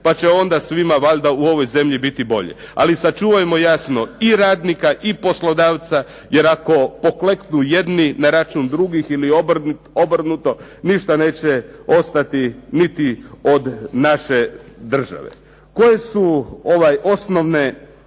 pa će onda svima valjda u ovoj zemlji biti bolje. Ali sačuvajmo jasno i radnika i poslodavca. Jer ako pokleknu jedni na račun drugih ili obrnuto ništa neće ostati niti od naše države. Koje su osnovne